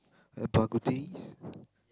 uh bak-kut-teh